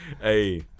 Hey